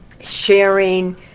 sharing